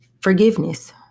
forgiveness